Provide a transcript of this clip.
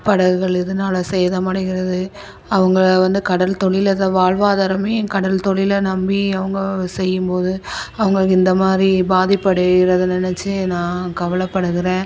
படகுகள் இதனால் சேதம் அடைகிறது அவங்க வந்து கடல் தொழில் தான் வாழ்வாதாரமே கடல் தொழிலை நம்பி அவங்க செய்யும் போது அவர்களுக்கு இந்த மாதிரி பாதிப்படையுறதை நெனைச்சு நான் கவலைப்படுகிறேன்